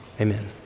amen